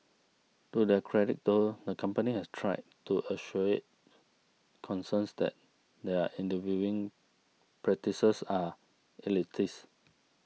to their credit though the company has tried to assuage concerns that their interviewing practices are elitist